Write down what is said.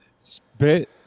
Spit